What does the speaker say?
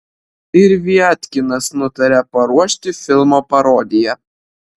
ir viatkinas nutarė paruošti filmo parodiją